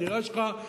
הדירה שלך,